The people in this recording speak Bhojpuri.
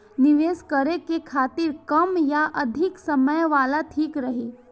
निवेश करें के खातिर कम या अधिक समय वाला ठीक रही?